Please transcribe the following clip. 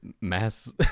mass